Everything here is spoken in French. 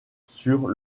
sur